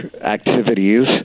activities